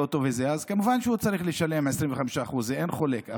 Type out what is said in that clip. אז כמובן שהוא צריך לשלם 25% אין חולק.